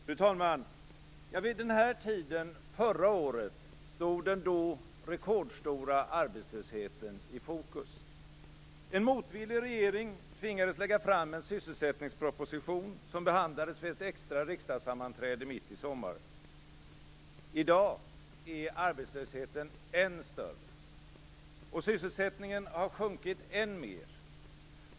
Fru talman! Vid den här tiden förra året stod den då rekordstora arbetslösheten i fokus. En motvillig regering tvingades lägga fram en sysselsättningsproposition, som behandlades vid ett extra riksdagssammanträde mitt i sommaren. I dag är arbetslösheten än större, och sysselsättningen har sjunkit än mer.